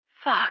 Fuck